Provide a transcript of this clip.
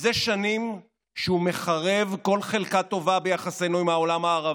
זה שנים שהוא מחרב כל חלקה טובה ביחסינו עם העולם הערבי.